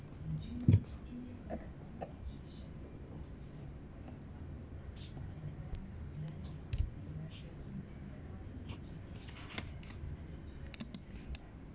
sure